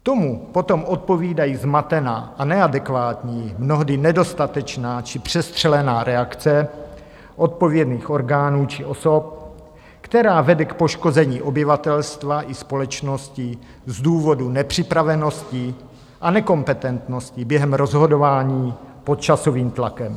Tomu potom odpovídá zmatená a neadekvátní, mnohdy nedostatečná či přestřelená reakce odpovědných orgánů či osob, která vede k poškození obyvatelstva či společnosti z důvodu nepřipravenosti a nekompetentnosti během rozhodování pod časovým tlakem.